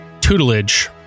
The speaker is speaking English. tutelage